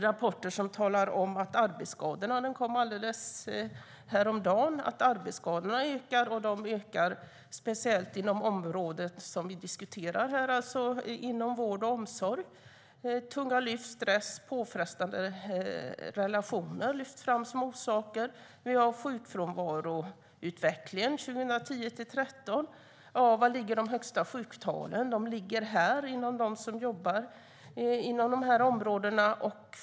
Häromdagen kom en rapport som talar om att arbetsskadorna ökar, speciellt inom det område vi diskuterar: vård och omsorg. Tunga lyft, stress och påfrestande relationer lyfts fram som orsaker. Vi har sjukfrånvaroutvecklingen 2010-2013. Var ligger de högsta sjuktalen? Jo, hos dem som jobbar inom detta område.